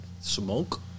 smoke